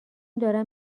دارم